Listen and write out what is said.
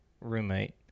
roommate